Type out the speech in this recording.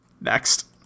next